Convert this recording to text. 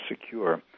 secure